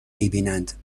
میبینند